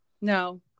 No